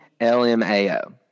lmao